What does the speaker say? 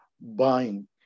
buying